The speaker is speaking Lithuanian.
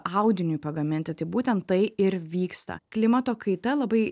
audiniui pagaminti tai būtent tai ir vyksta klimato kaita labai